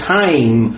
time